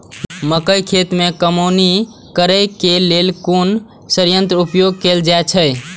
मक्का खेत में कमौनी करेय केय लेल कुन संयंत्र उपयोग कैल जाए छल?